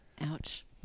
Ouch